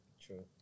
true